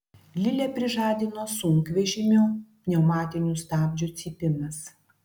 lilę prižadino sunkvežimio pneumatinių stabdžių cypimas